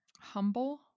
humble